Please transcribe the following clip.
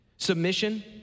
Submission